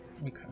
Okay